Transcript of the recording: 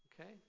Okay